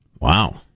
Wow